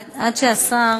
אני לא אדבר על,